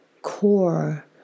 core